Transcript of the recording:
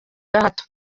gahato